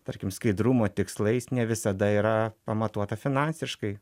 tarkim skaidrumo tikslais ne visada yra pamatuota finansiškai